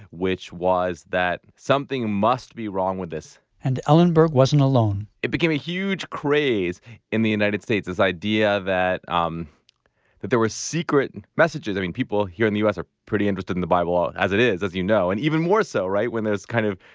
which was that something must be wrong with this and ellenberg wasn't alone it became a huge craze in the united states. this idea that um that there were secret messages, i mean people here in the us are pretty interested in the bible ah as it is, as you know. and even more so, right, when there's kind of